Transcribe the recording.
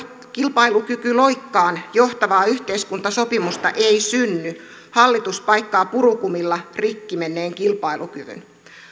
kilpailukykyloikkaan johtavaa yhteiskuntasopimusta ei synny hallitus paikkaa purukumilla rikki menneen kilpailukyvyn